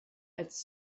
als